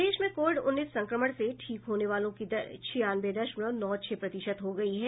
प्रदेश में कोविड उन्नीस संक्रमण से ठीक होने वालों की दर छियानवे दशमलव नौ छह प्रतिशत हो गयी है